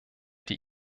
die